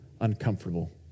uncomfortable